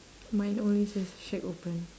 mine only says shack open